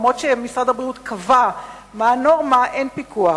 אף-על-פי שמשרד הבריאות קבע מה הנורמה, אין פיקוח.